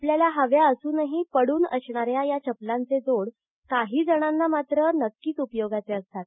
आपल्याला हव्या असूनही पडून असणाऱ्या या चपलांचे जोड काहीजणांना मात्र नक्कीच उपयोगाचे असतात